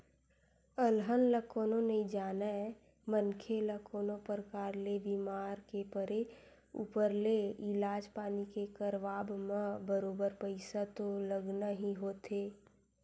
अलहन ल कोनो नइ जानय मनखे ल कोनो परकार ले बीमार के परे ऊपर ले इलाज पानी के करवाब म बरोबर पइसा तो लगना ही होथे